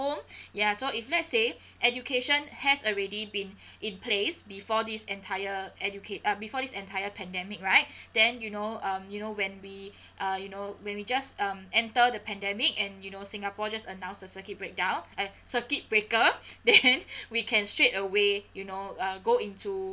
home ya so if let's say education has already been in place before this entire educa~ uh before this entire pandemic right then you know um you know when we uh you know when we just um enter the pandemic and you know singapore just announce the circuit breakdown uh circuit breaker then we can straight away you know uh go into